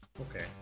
Okay